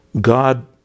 God